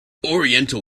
oriental